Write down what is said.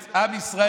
את עם ישראל,